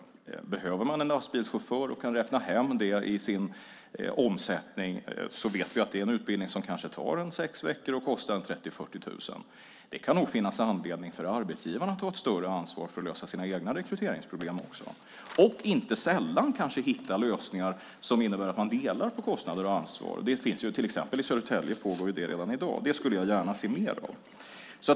Man kanske behöver en lastbilschaufför och kan räkna hem det i sin omsättning. Då vet vi att det är en utbildning som kanske tar sex veckor och kostar 30 000-40 000. Det kan nog finnas anledning för arbetsgivarna att ta ett större ansvar för att lösa sina egna rekryteringsproblem. Inte sällan handlar det kanske också om att hitta lösningar som innebär att man delar på kostnader och ansvar. Till exempel i Södertälje pågår det redan i dag. Det skulle jag gärna se mer av.